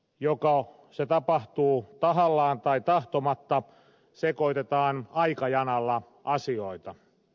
joko se tapahtuu tahallaan tai tahtomatta sekoitetaan aikajanalla asioita